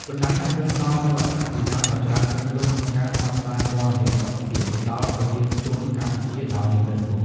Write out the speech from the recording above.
បណ្តាញសង្គមផ្តល់នូវអត្ថប្រយោជន៍ដ៏ច្រើនលើសលប់ក្នុងការផ្សព្វផ្សាយព័ត៌មានសុខភាពដល់ប្រជាជនកម្ពុជាដោយមិនរើសមុខ។